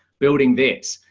building this,